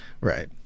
right